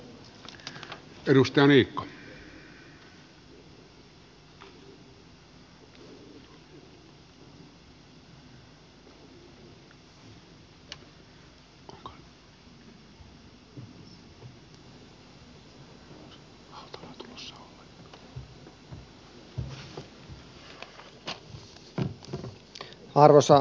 arvoisa herra puhemies